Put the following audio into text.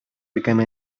becoming